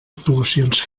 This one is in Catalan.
actuacions